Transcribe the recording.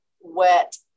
wet